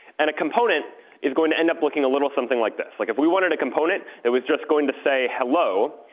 and a component is going to end up looking a little something like this. like if we wanted a component that was just going to say hello,